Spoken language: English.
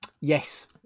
Yes